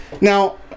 now